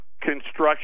construction